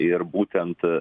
ir būtent